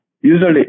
Usually